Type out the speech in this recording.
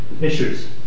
issues